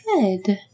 Good